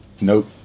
Nope